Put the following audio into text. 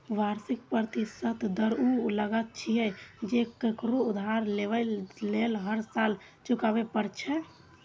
वार्षिक प्रतिशत दर ऊ लागत छियै, जे ककरो उधार लेबय लेल हर साल चुकबै पड़ै छै